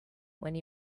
when